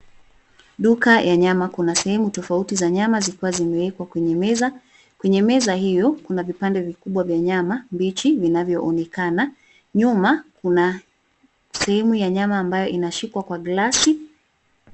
Duka ya nyama kuna sehemu tofauti za nyama zikiwa zimeekwa kwenye meza. Kwenye meza hio kuna vipande vikubwa vya nyama mbichi vinavyoonekana, nyuma, kuna, sehemu ya nyama ambayo inayoshikwa kwa glasi.